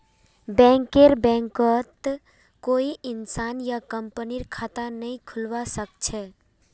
बैंकरेर बैंकत कोई इंसान या कंपनीर खता नइ खुलवा स ख छ